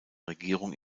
regierung